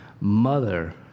mother